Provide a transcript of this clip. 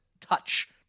touch